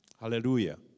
Hallelujah